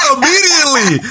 immediately